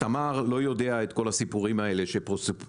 התמר לא יודע את כל הסיפורים האלה שסיפרו,